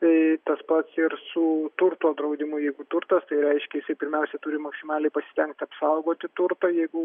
tai tas pats ir su turto draudimu jeigu turtas tai reiškia jisai pirmiausia turi maksimaliai pasistengt apsaugoti turtą jeigu